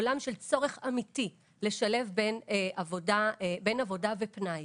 עולם של צורך אמיתי לשלב בין עבודה ובין פנאי.